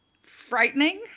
frightening